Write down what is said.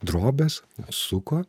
drobes suko